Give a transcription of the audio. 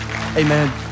Amen